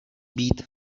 být